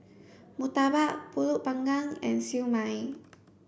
Murtabak Pulut panggang and Siew Mai